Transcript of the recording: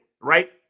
right